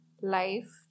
life